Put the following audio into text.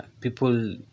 people